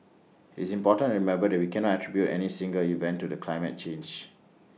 IT is important to remember that we cannot attribute any single event to the climate change